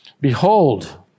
Behold